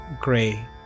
gray